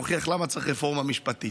למה צריך רפורמה משפטית.